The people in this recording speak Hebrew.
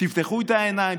תפתחו את העיניים,